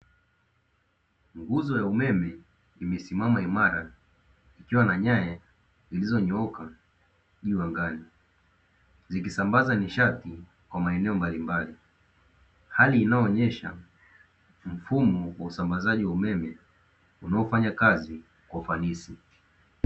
Nguzo ya umeme imesimama imara, ikiwa na nyaya zilizonyooka juu angani, zikisambaza nishati kwa maeneo mbalimbali. Hali inayoonyesha mfumo wa usambazaji wa umeme, unaofanya kazi kwa ufanisi.